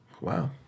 Wow